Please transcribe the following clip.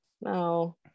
no